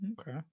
Okay